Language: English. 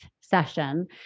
session